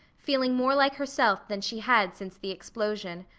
feeling more like herself than she had since the explosion.